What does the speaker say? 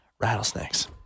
rattlesnakes